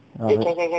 ya a dream or like